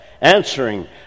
answering